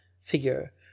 figure